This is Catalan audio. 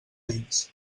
dins